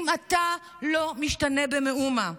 אם אתה לא משתנה במאומה,